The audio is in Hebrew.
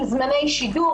עם זמני שידור.